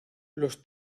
los